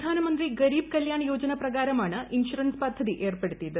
പ്രധാനമന്ത്രി ഗരീബ് കല്ല്യാൺ യോജന പ്രകാരമാണ് ഇൻഷറൻസ് പദ്ധതി ഏർപ്പെടുത്തിയത്